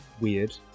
weird